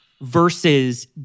versus